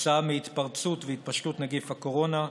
כתוצאה מהתפרצות והתפשטות נגיף הקורונה,